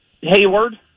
Hayward